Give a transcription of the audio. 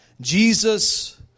Jesus